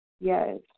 Yes